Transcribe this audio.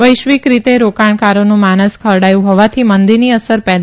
વૈશ્વિક રીતે રોકાણકારોનું માનસ ખરડાયું હોવાથી મંદીની અસર પેદા થઇ છે